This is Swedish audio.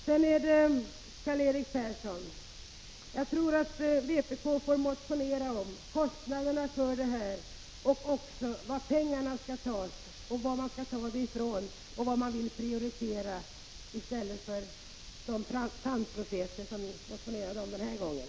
Jag tror, Karl-Erik Persson, att ni i vpk får lov att väcka ytterligare motioner där ni anger kostnaderna, var pengarna skall tas och även vad ni då vill prioritera — den här gången gällde det alltså tandproteser.